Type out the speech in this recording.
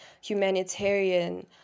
humanitarian